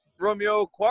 Romeo